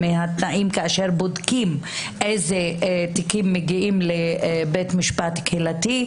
כאשר בודקים איזה תיקים מגיעים לבית משפט קהילתי,